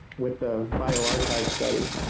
with the bioarchive study.